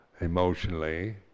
emotionally